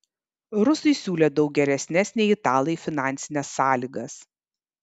rusai siūlė daug geresnes nei italai finansines sąlygas